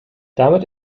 damit